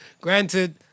granted